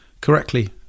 correctly